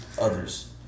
others